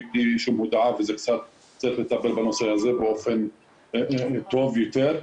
צריך לטפל בנושא הזה באופן טוב יותר.